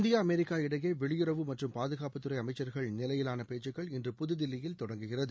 India America இடையே வெளியுறவு மற்றும் பாதுகாப்புத்துறை அமைச்சர்கள் நிலையிலாள பேச்சுக்கள் இன்று புதுதில்லியில் தொடங்குகிறது